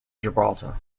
gibraltar